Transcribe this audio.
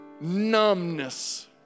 numbness